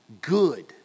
good